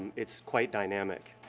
it's quite dynamic.